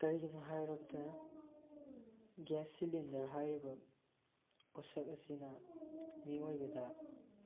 ꯀꯔꯤꯒꯤꯅꯣ ꯍꯥꯏꯔꯕꯗ gas cylinder ꯍꯥꯏꯔꯤꯕ ꯄꯣꯠꯁꯛ ꯑꯁꯤꯅ ꯃꯤꯑꯣꯏꯕꯗ